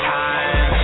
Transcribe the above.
time